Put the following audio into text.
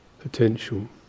potential